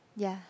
yeah